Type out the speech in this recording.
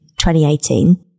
2018